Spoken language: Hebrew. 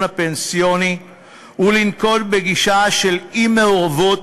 הפנסיוני ולנקוט גישה של אי-מעורבות,